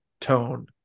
tone